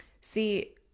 See